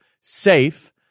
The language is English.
safe